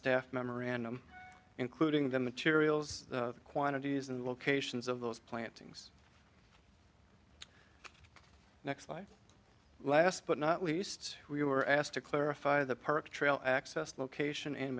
staff memorandum including the materials quantities and locations of those plantings next life last but not least we were asked to clarify the park trail access location